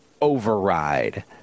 override